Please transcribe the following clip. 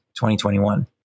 2021